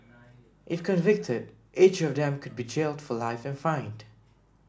if convicted each of them could be jailed for life and fined